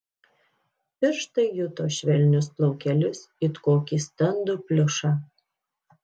pirštai juto švelnius plaukelius it kokį standų pliušą